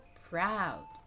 proud